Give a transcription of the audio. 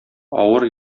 авыр